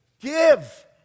Give